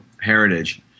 heritage